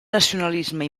nacionalisme